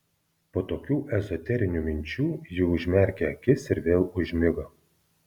po tokių ezoterinių minčių ji užmerkė akis ir vėl užmigo